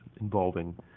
involving